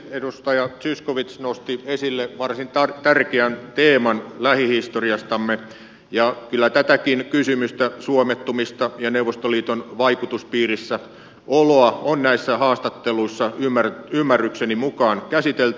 edustaja zyskowicz nosti esille varsin tärkeän teeman lähihistoriastamme ja kyllä tätäkin kysymystä suomettumista ja neuvostoliiton vaikutuspiirissä oloa on näissä haastatteluissa ymmärrykseni mukaan käsitelty